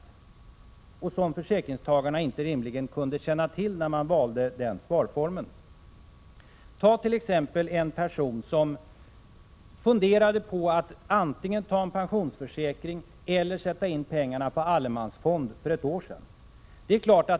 Detta kunde försäkringstagarna rimligen inte känna till när de valde den sparformen. en person som funderade på att antingen ta en pensionsförsäkring eller sätta in pengarna på allemansfond för ett år sedan.